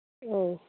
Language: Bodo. औ